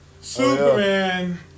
Superman